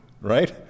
right